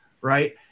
right